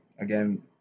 again